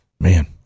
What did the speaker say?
Man